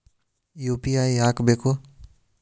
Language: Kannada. ಯು.ಪಿ.ಐ ಯಾಕ್ ಬೇಕು?